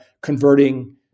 converting